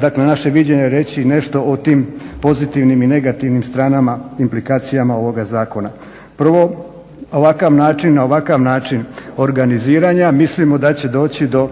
dakle, naše viđenje reći, nešto o tim pozitivnim i negativnim stranama, implikacijama ovoga zakona. Prvo, ovakav način, na ovakav način organiziranja mislimo da će doći do